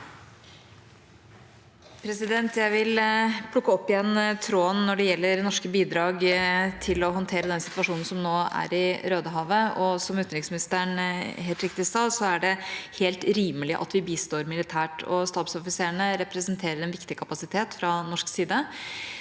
Jeg vil plukke opp igjen tråden når det gjelder norske bidrag til å håndtere den situasjonen som nå er i Rødehavet. Som utenriksministeren helt riktig sa, er det rimelig at vi bistår militært, og stabsoffiserene representerer en viktig kapasitet fra norsk side.